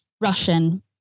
Russian